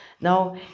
Now